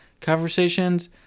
conversations